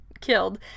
killed